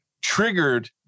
triggered